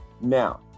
Now